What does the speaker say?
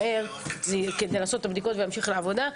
היא רצה מהר מהר כדי לעשות את הבדיקות ולהמשיך לעבודה.